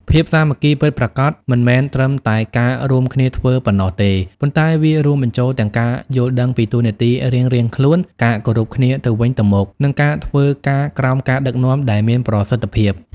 ភាពសាមគ្គីពិតប្រាកដមិនមែនត្រឹមតែការរួមគ្នាធ្វើប៉ុណ្ណោះទេ ប៉ុន្តែវារួមបញ្ចូលទាំងការយល់ដឹងពីតួនាទីរៀងៗខ្លួន ការគោរពគ្នាទៅវិញទៅមក និងការធ្វើការក្រោមការដឹកនាំដែលមានប្រសិទ្ធភាព។